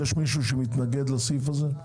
יש מישהו שמתנגד לסעיף הזה?